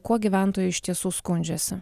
kuo gyventojai iš tiesų skundžiasi